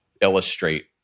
illustrate